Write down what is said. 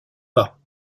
pas